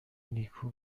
نیکو